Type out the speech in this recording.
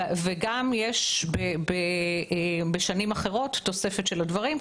יש גם בשנים אחרות תוספת של הדברים,